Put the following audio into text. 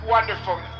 Wonderful